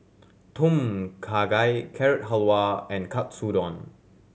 Tom Kha Gai Carrot Halwa and Katsudon